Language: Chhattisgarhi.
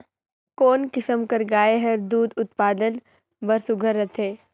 कोन किसम कर गाय हर दूध उत्पादन बर सुघ्घर रथे?